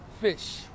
fish